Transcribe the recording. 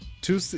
two